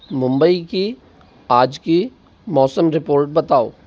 मुंबई की आज की मौसम रिपोर्ट बताओ